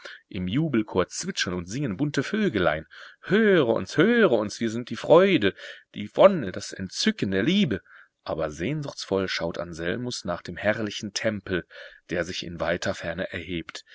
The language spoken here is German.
im jubelchor zwitschern und singen bunte vögelein höre uns höre uns wir sind die freude die wonne das entzücken der liebe aber sehnsuchtsvoll schaut anselmus nach dem herrlichen tempel der sich in weiter ferne erhebt